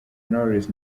knowless